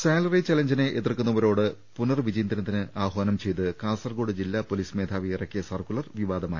salary ചലഞ്ചിനെ എതിർക്കുന്നവരോട് പുനർ വിചിന്തനത്തിന് ആഹാനം ചെയ്ത് കാസർകോട് ജില്ലാ പൊലീസ് മേധാവി ഇറക്കിയ സർക്കുലർ വിവാദമായി